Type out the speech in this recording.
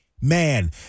Man